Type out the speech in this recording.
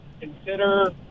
consider